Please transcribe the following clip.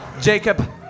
Jacob